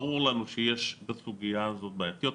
ברור לנו שיש בסוגיה הזו בעייתיות.